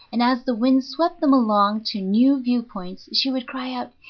and as the wind swept them along to new view-points she would cry out,